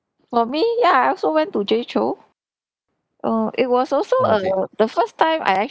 for me ya I also went to jay chou uh it was also uh were the first time I